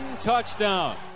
touchdown